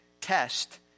test